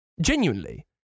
genuinely